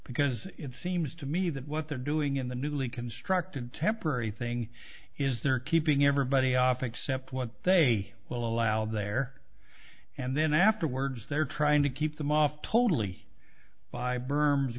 because it seems to me that what they're doing in the newly constructed temporary thing is they're keeping everybody off except what they will allow there and then afterwards they're trying to keep them off totally